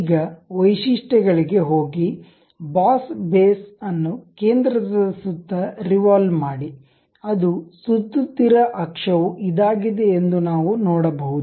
ಈಗ ವೈಶಿಷ್ಟ್ಯಗಳಿಗೆ ಹೋಗಿ ಬಾಸ್ ಬೇಸ್ ಅನ್ನು ಕೇಂದ್ರದ ಸುತ್ತ ರಿವಾಲ್ವ್ ಮಾಡಿ ಅದು ಸುತ್ತುತ್ತಿರುವ ಅಕ್ಷವು ಇದಾಗಿದೆ ಎಂದು ನಾವು ನೋಡಬಹುದು